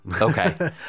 Okay